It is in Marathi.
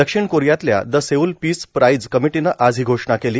दक्षिण कोरियातल्या द सेऊल पीस प्राइझ कमिटीनं आज ही घोषणा केली